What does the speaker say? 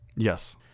Yes